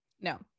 No